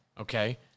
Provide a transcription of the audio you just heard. okay